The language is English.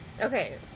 Okay